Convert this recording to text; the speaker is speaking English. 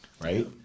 right